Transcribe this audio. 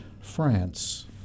France